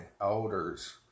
elders